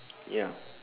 ya